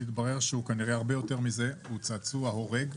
מתברר שהוא כנראה הרבה יותר טוב, הוא צעצוע הורג.